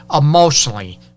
emotionally